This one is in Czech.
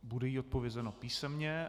Bude jí odpovězeno písemně.